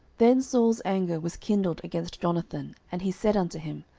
then saul's anger was kindled against jonathan, and he said unto him,